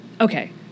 Okay